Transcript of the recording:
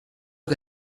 que